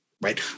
right